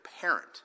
parent